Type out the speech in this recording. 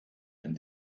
wenn